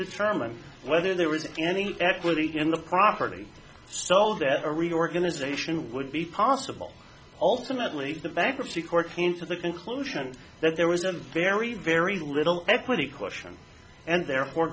determine whether there was any equity in the property sold as a reorganization would be possible ultimately the bankruptcy court came to the conclusion that there was a very very little equity question and therefore